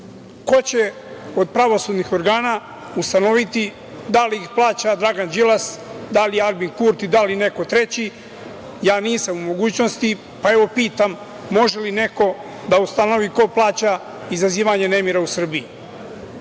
Ko će od pravosudnih organa ustanoviti da li ih plaća Dragan Đilas, da li Aljbin Kurti, da li neko treći? Ja nisam u mogućnosti, pa, evo, pitam može li neko da ustanovi ko plaća izazivanje nemira u Srbiji?